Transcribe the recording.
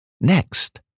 Next